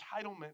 entitlement